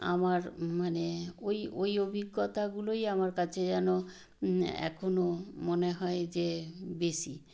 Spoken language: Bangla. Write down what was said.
আমার মানে ওই ওই অভিজ্ঞতাগুলোই আমার কাছে যেন এখনও মনে হয় যে বেশি